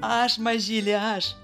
aš mažyli aš